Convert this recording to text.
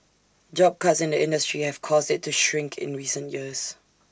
job cuts in the industry have caused IT to shrink in recent years